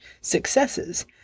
successes